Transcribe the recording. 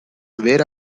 where